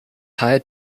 hired